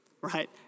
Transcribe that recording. right